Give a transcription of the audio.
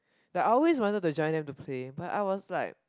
they always wanted to join us to play but I was like